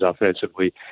offensively